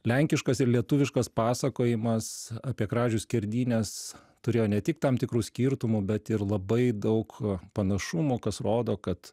lenkiškas ir lietuviškas pasakojimas apie kražių skerdynes turėjo ne tik tam tikrų skirtumų bet ir labai daug panašumų kas rodo kad